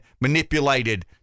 manipulated